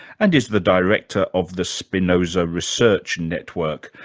and is the director of the spinoza research network.